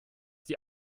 die